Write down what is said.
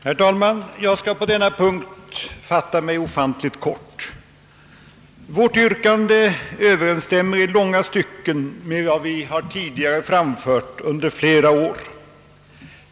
Herr talman! Jag skall på denna punkt fatta mig kort. Vårt yrkande överensstämmer i långa stycken med vad vi tidigare under flera år har framfört.